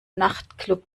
nachtclub